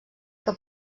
que